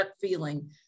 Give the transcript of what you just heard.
feeling